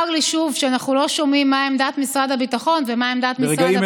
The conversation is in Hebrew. צר לי שוב שאנחנו לא שומעים מה עמדת משרד הביטחון ומה עמדת משרד הפנים.